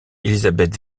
elizabeth